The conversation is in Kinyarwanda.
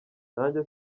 nanjye